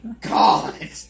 God